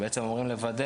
ובעצם אמורים לוודא,